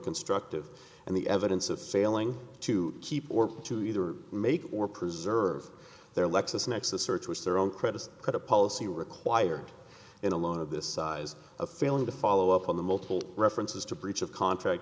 constructive and the evidence of failing to keep or to either make or preserve their lexis nexis search was their own credit policy required in a lot of this size of failing to follow up on the multiple references to breach of contract